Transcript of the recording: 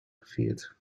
gevierd